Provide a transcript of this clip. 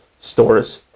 stores